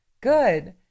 Good